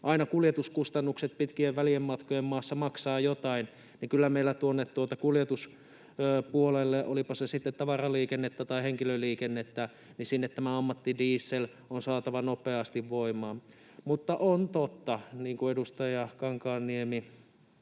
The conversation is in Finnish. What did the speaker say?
aina kuljetuskustannukset pitkien välimatkojen maassa maksavat jotain, niin kyllä meillä tuonne kuljetuspuolelle, olipa se sitten tavaraliikennettä tai henkilöliikennettä, tämä ammattidiesel on saatava nopeasti voimaan. Mutta on totta, niin kuin edustaja Kankaanniemi